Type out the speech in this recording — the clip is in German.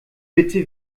bitte